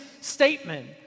statement